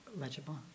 legible